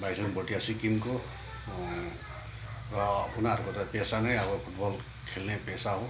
भाइचुङ भोटिया सिक्किमको र उनीहरूको त पेसा नै अब फुटबल खेल्ने पेसा हो